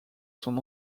son